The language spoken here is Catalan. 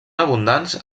abundants